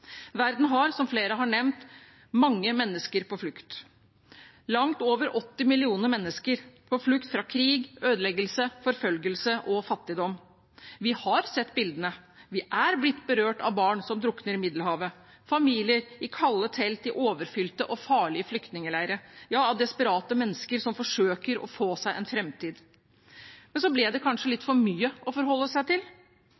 Verden har, som flere har nevnt, mange mennesker på flukt. Langt over 80 millioner mennesker er på flukt fra krig, ødeleggelse, forfølgelse og fattigdom. Vi har sett bildene. Vi er blitt berørt av barn som drukner i Middelhavet, familier i kalde telt i overfylte og farlige flyktningleirer –av desperate mennesker som forsøker å få seg en framtid. Men så ble det kanskje